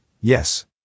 yes